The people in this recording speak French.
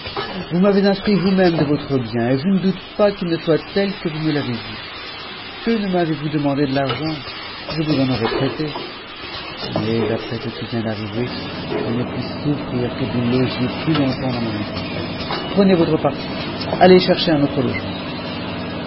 vous m'avez instruit vous-même de votre bien et je ne doute pas qu'il ne soit tel que vous me l'avez dit que ne m'avez-vous demandé de l'argent je vous en aurais prêté mais après ce qui vient d'arriver je ne puis souffrir que vous logiez plus longtemps dans ma maison prenez votre parti allez chercher un autre logement